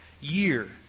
year